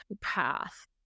path